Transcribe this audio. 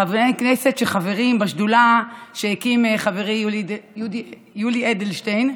חברי כנסת שחברים בשדולה שהקים חברי יולי אדלשטיין,